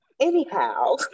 Anyhow